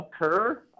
occur